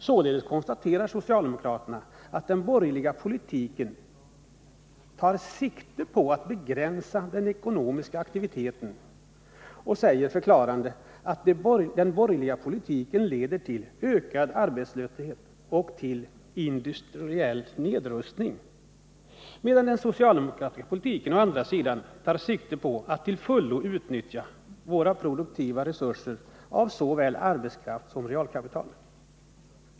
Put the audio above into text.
Således konstaterar socialdemokraterna att den borgerliga politiken tar sikte på att begränsa den ekonomiska aktiviteten. De säger förklarande att den borgerliga politiken leder till ökad arbetslöshet och industriell nedrustning, medan den socialdemokratiska politiken å andra sidan tar sikte på att till fullo utnyttja våra produktiva resurser, såväl arbetskraft som realkapital.